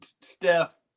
Steph